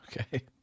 Okay